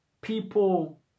people